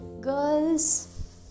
girls